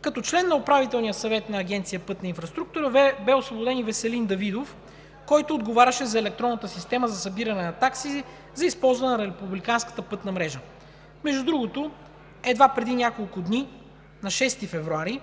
Като член на Управителния съвет на Агенция „Пътна инфраструктура“ бе освободен и Веселин Давидов, който отговаряше за електронната система за събиране на такси за използване на републиканската пътна мрежа. Между другото, едва преди няколко дни – на 6 февруари,